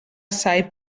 assai